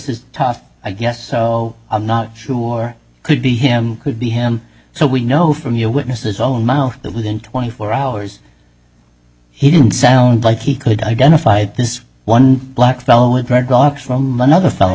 is tough i guess so i'm not sure i could be him could be him so we know from your witnesses own mouth that within twenty four hours he didn't sound like he could identify this one black fellow and thank god from another fellow